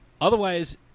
otherwise